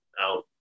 out